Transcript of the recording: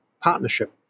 partnership